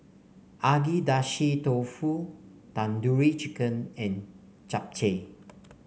Agedashi Dofu Tandoori Chicken and Japchae